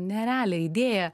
nerealią idėją